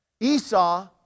Esau